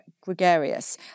gregarious